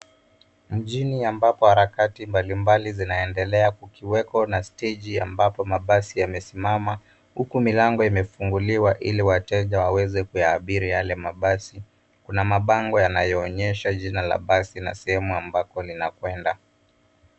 Mjini ambapo harakati mbalimbali zinaendelea kukiweko na steji ambayo mabasi yamesimama huku milango imefunguliwa ili wateja waweze kuyaabiri yale mabasi . Kuna mabango yanayoonyesha jina la basi na sehemu ambapo linakwenda.